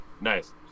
Nice